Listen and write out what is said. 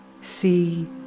See